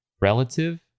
relative